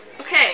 Okay